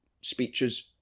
speeches